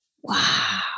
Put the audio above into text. Wow